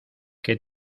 que